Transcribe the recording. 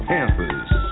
Panthers